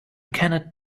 cannot